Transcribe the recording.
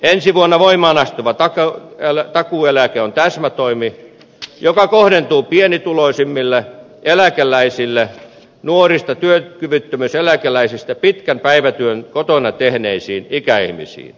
ensi vuonna voimaan astuva takuueläke on täsmätoimi joka kohdentuu pienituloisimmille eläkeläisille nuorista työkyvyttömyyseläkeläisistä pitkän päivätyön kotona tehneisiin ikäihmisiin